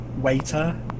waiter